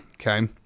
Okay